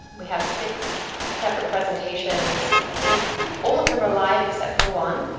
we have six separate presentations. i think all of them are live except for one.